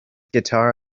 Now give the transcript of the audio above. guitar